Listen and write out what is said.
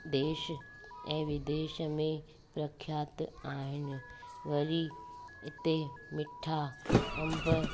देश ऐं विदेश में प्रखियात आहिनि वरी हिते मिठा अंब